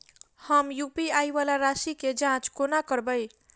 हम यु.पी.आई वला राशि केँ जाँच कोना करबै?